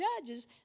Judges